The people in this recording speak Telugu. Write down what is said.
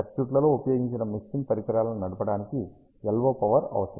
సర్క్యూట్లలో ఉపయోగించిన మిక్సింగ్ పరికరాలను నడపడానికి LO పవర్ అవసరం